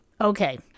Okay